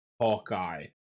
Hawkeye